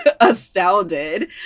astounded